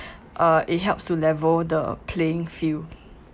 uh it helps to level the playing field